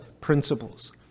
principles